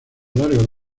largo